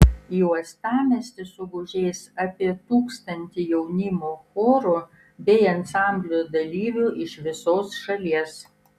į uostamiestį sugužės apie tūkstantį jaunimo chorų bei ansamblių dalyvių iš visos šalies